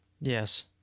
Yes